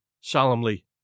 solemnly